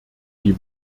die